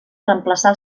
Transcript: reemplaçar